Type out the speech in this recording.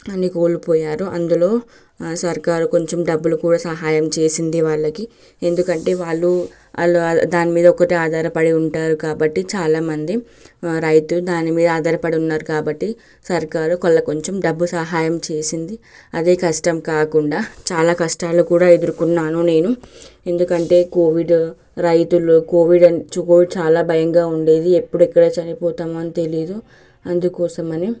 అన్నీ కోల్పోయారు అందులో ఆ సర్కారు కొంచెం డబ్బులు కూడా సహాయం చేసింది వాళ్ళకి ఎందుకంటే వాళ్ళు వాళ్ళు దాని మీద ఒకటే ఆధారపడి ఉంటారు కాబట్టి చాలా మంది రైతు దాని మీద ఆధారపడి ఉన్నారు కాబట్టి సర్కారు వాళ్ళకు కొంచెం డబ్బు సహాయం చేసింది అదే కష్టం కాకుండా చాలా కష్టాలు కూడా ఎదురుకున్నాను నేను ఎందుకంటే కోవిడ్ రైతులు కోవిడ్ అని కోవిడ్ చాలా భయంగా ఉండేది ఎప్పుడు ఎక్కడ చనిపోతామో తెలియదు అందుకోసమని